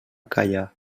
callar